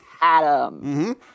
Adam